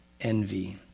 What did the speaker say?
Envy